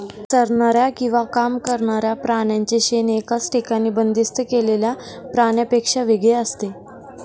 चरणाऱ्या किंवा काम करणाऱ्या प्राण्यांचे शेण एकाच ठिकाणी बंदिस्त केलेल्या प्राण्यांपेक्षा वेगळे असते